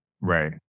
Right